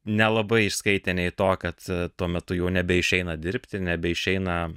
nelabai išskaitė nei to kad tuo metu jau nebeišeina dirbti nebeišeina